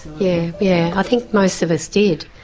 yeah yeah, i think most of us did.